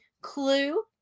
clue